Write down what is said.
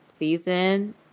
season